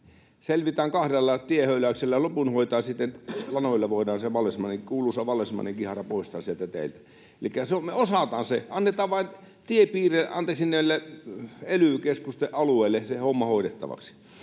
Selvitään kahdella tiehöyläyksellä ja loppu hoidetaan sitten lanoilla, joilla voidaan se kuuluisa vallesmannin kihara poistaa sieltä teiltä. Me osataan se. Annetaan vain tiepiireille — anteeksi, näille ely-keskusten alueille — se homma hoidettavaksi